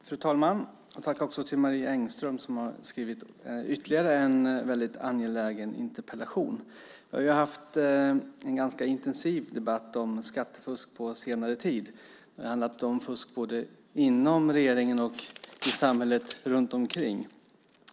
Fru talman! Jag vill rikta ett tack till Marie Engström som har skrivit ytterligare en mycket angelägen interpellation. Vi har haft en ganska intensiv debatt om skattefusk på senare tid. Det har handlat om fusk både inom regeringen och i samhället runt omkring.